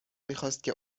میخواست